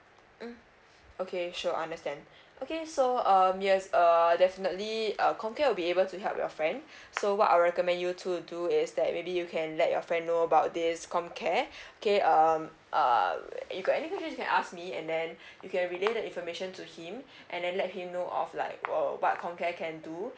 mm okay sure understand okay so um yes err definitely uh com care will be able to help your friend so what I recommend you to do is that maybe you can let your friend know about this com care okay um uh if you got any questions you can ask me and then you can relay the information to him and then let him know of like uh what com care can do